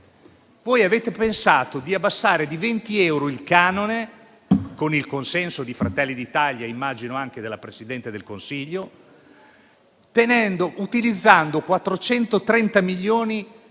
Avete pensato di abbassare di 20 euro il canone, con il consenso di Fratelli d'Italia e immagino anche della Presidente del Consiglio, utilizzando 430 milioni di RFI,